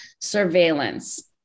surveillance